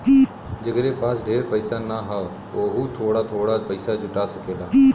जेकरे पास ढेर पइसा ना हौ वोहू थोड़ा थोड़ा पइसा जुटा सकेला